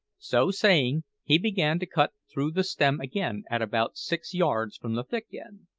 so saying, he began to cut through the stem again at about six yards from the thick end.